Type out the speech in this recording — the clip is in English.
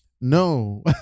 No